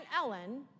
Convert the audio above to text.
Ellen